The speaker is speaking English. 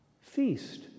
Feast